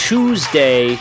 Tuesday